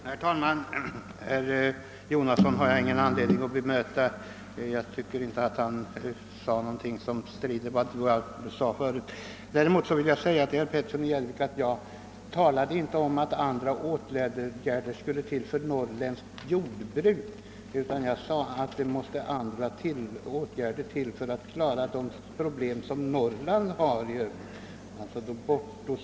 Herr talman! Jag har ingen anledning att bemöta herr Jonasson, eftersom jag inte tyckte att han sade någonting som stod i strid mot vad jag tidigare anförde. Däremot vill jag till herr Petersson i Gäddvik säga att jag inte talade om att andra åtgärder skulle tillgripas för Norrlands jordbruk. Jag sade att andra åtgärder måste till för att klara de problem som Norrland i övrigt har.